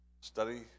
Study